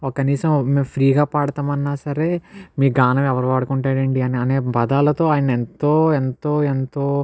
కనీసం మేము ఫ్రీగా పాడతామన్నా సరే మీ గానం ఎవ్వరు వాడుకుంటాడండి అనే పదాలతో ఆయన్ని ఎంతో ఎంతో ఎంతో